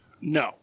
No